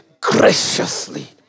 graciously